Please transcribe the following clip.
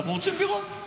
אנחנו רוצים לראות.